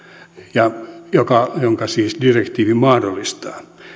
jonka siis direktiivi mahdollistaa